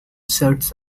shirts